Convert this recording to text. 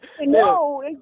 No